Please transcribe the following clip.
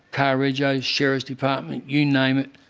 car rego, sheriff's department you name it,